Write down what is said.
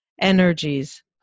energies